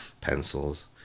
pencils